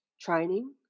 training